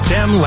Tim